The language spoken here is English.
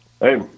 Hey